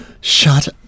shut